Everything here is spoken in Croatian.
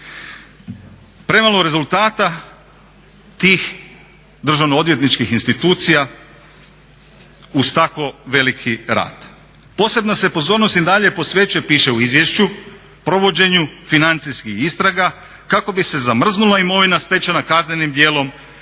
Premalo rezultata tih državno odvjetničkih institucija uz tako veliki rad. Posebna se pozornost i dalje posvećuje, piše u izvješću, provođenju financijskih istraga kako bi se zamrznula imovina stečena kaznenim djelom